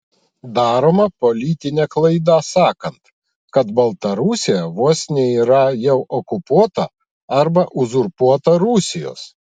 daroma politinė klaida sakant kad baltarusija vos ne yra jau okupuota arba uzurpuota rusijos